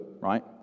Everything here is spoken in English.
right